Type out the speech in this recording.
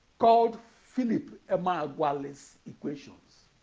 called philip emeagwali's equations,